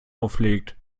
auflegt